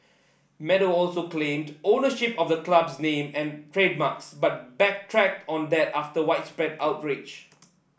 meadow also claimed ownership of the club's name and trademarks but backtracked on that after widespread outrage